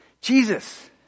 Jesus